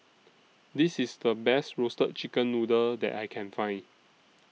This IS The Best Roasted Chicken Noodle that I Can Find